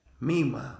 Meanwhile